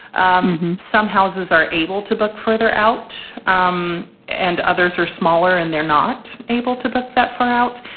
um some houses are able to book further out um and others are smaller and they're not able to put that far out.